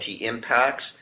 impacts